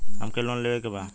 हमके लोन लेवे के बा?